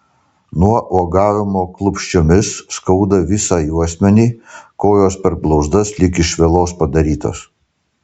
nuo uogavimo klupsčiomis skauda visą juosmenį kojos per blauzdas lyg iš vielos padarytos